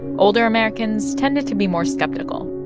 older americans tended to be more skeptical